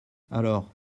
alors